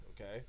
okay